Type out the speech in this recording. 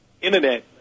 internet